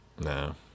No